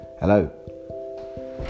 Hello